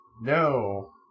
No